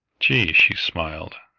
gee! she smiled.